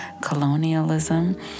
colonialism